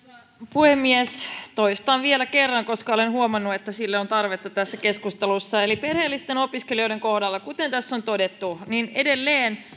puhemies toistan vielä kerran koska olen huomannut että sille on tarvetta tässä keskustelussa perheellisten opiskelijoiden kohdalla kuten tässä on todettu edelleen